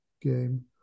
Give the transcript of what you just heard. game